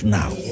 now